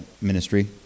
ministry